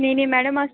नेई नेई मैडम अ